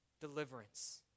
Deliverance